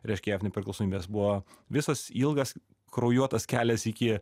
reiškia jav nepriklausomybės buvo visas ilgas kraujuotas kelias iki